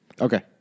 Okay